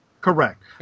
Correct